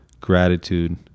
gratitude